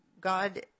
God